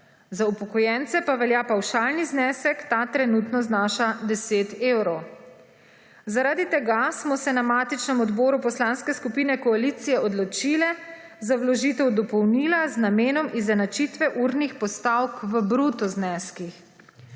Za upokojence pa velja pavšalni znesek, ta trenutno znaša 10 evrov. Zaradi tega smo se na matičnem odboru poslanske skupine koalicije odločile za vložitev dopolnila z namenom izenačitve urnih postavk v bruto zneskih.